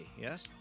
Yes